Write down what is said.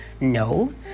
No